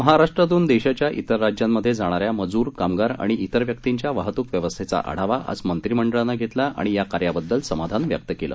महाराष्ट्रातून देशाच्या इतर राज्यांमध्ये जाणाऱ्या मजूर कामगार आणि इतर व्यक्तींच्या वाहतूक व्यवस्थेचा आढावा काल मंत्रीमंडळानं घेतला आणि या कार्या बद्दल समाधान व्यक्त केलं